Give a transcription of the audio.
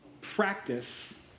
practice